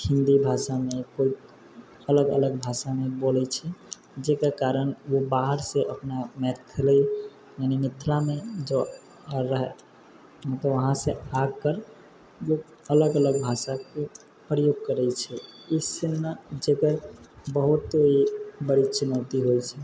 हिन्दी भाषामे कोइ अलग अलग भाषामे बोलैत छै जकर कारण ओ बाहरसँ अपना मैथिली यानी मिथिलामे जो रहै मतलब वहाँसँ आकर जो अलग अलग भाषाके प्रयोग करैत छै ई सुनना जगह बहुत बड़ी चुनौती होइत छै